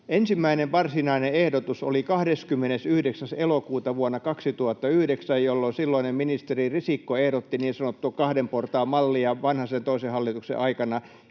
Ensimmäinen varsinainen ehdotus oli 29. elokuuta vuonna 2009, jolloin silloinen ministeri Risikko ehdotti niin sanottua kahden portaan mallia Vanhasen toisen hallituksen aikana,